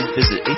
visit